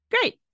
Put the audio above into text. Great